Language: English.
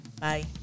Bye